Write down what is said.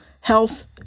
health